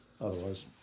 otherwise